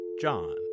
John